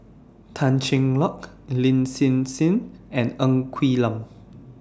Tan Cheng Lock Lin Hsin Hsin and Ng Quee Lam